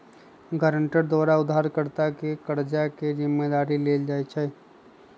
guarantor द्वारा उधारकर्ता के कर्जा के जिम्मदारी लेल जाइ छइ